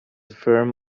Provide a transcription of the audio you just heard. firm